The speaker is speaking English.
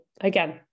again